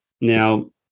Now